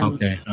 Okay